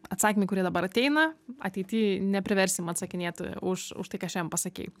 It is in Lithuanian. atsakymai kurie dabar ateina ateity nepriversim atsakinėt už už tai ką šiandien pasakei